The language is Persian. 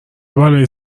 بلایی